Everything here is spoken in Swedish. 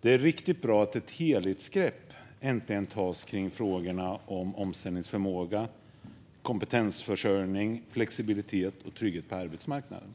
Det är riktigt bra att ett helhetsgrepp äntligen tas om frågorna om omställningsförmåga, kompetensförsörjning, flexibilitet och trygghet på arbetsmarknaden.